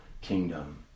kingdom